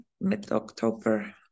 mid-October